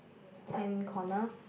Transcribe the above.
hand corner